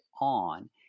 on